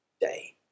day